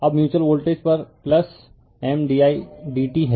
refer slide time 1405 अब mutual voltage M di1dt है